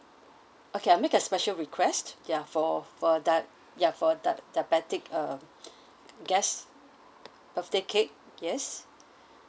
okay I'll make a special request ya for for dia~ ya for dia~ diabetic uh guest birthday cake yes